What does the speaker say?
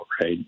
right